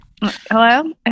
Hello